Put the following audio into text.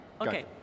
okay